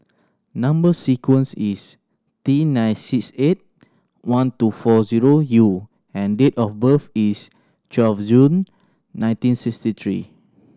number sequence is T nine six eight one two four zero U and date of birth is twelve June nineteen sixty three